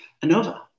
ANOVA